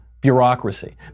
bureaucracy